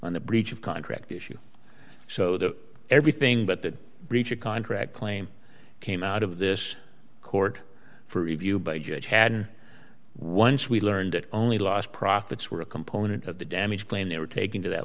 the breach of contract issue so that everything but that breach of contract claim came out of this court for review by judge had and once we learned it only lost profits were a component of the damage claim they were taking to that